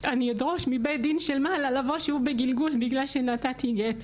אני אדרוש מבית דין של מעלה לבוא שוב בגלגול בגלל שנתתי גט.